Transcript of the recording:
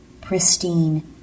pristine